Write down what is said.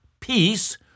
peace